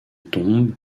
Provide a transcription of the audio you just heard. tombes